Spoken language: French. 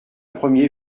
premier